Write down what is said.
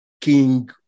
king